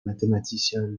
mathématicien